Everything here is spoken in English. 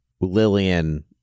Lillian